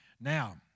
Now